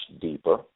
deeper